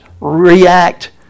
react